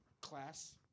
class